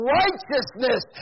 righteousness